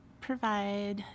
provide